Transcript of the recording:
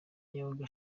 yabaga